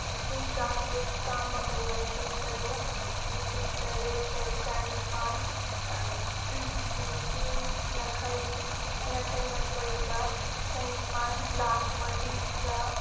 ꯂꯤꯁꯤꯡ ꯇꯔꯥꯇꯔꯨꯛ ꯆꯥꯃꯒ ꯌꯥꯡꯈꯩ ꯇꯔꯨꯛ ꯂꯤꯁꯤꯡ ꯇꯔꯦꯠꯀ ꯆꯅꯤꯄꯥꯜ ꯂꯤꯁꯤꯡ ꯌꯥꯡꯈꯩ ꯌꯥꯡꯈꯩ ꯃꯥꯊꯣꯏꯒ ꯆꯥꯅꯤꯄꯥꯜ ꯂꯥꯈ ꯃꯔꯤꯒ